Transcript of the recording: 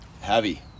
Heavy